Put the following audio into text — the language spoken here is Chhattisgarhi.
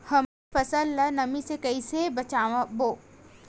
हमर फसल ल नमी से क ई से बचाबो?